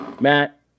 Matt